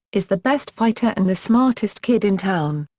is the best fighter and the smartest kid in town.